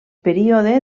període